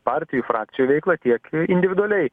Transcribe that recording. partijų frakcijų veiklą tiek individualiai